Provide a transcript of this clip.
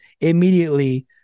immediately